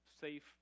safe